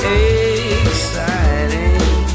exciting